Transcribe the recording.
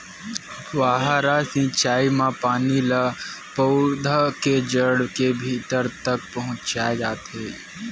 फव्हारा सिचई म पानी ल पउधा के जड़ के भीतरी तक पहुचाए जाथे